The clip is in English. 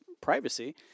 privacy